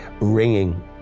ringing